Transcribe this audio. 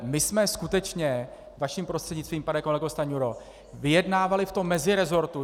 My jsme skutečně, vaším prostřednictvím, pane kolego Stanjuro, vyjednávali v meziresortu.